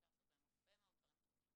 אפשר לעשות בהם הרבה מאוד דברים טובים,